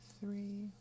three